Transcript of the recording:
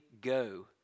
go